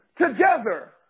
together